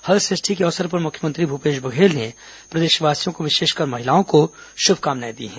हलषष्ठी के अवसर पर मुख्यमंत्री भूपेश बघेल ने प्रदेशवासियों विशेषकर महिलाओं को श्भकामनाएं दी हैं